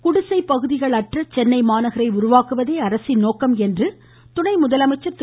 குடிசை பகுதிகள் அற்ற சென்னை மாநகரை உருவாக்குவதே அரசின் நோக்கம் முதலமைச்சர் திரு